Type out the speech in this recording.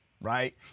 Right